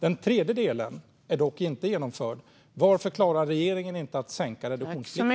Det tredje steget är dock inte taget. Varför klarar regeringen inte att sänka reduktionsplikten?